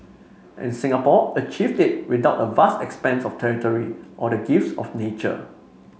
and Singapore achieved it without a vast expanse of territory or the gifts of nature